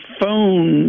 phone